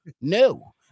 No